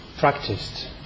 Practiced